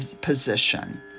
position